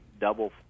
double